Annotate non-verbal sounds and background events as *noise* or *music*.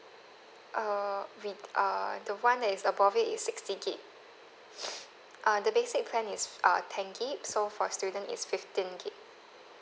err we err the one that is above it is sixty gig *noise* uh the basic plan is uh ten gig you so for student is fifteen gig